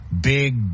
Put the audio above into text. big